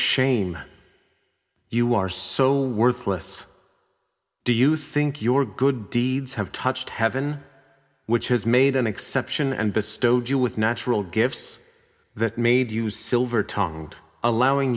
shame you are so worthless do you think your good deeds have touched heaven which has made an exception and bestowed you with natural gifts that made you silver tongued allowing